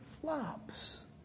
flops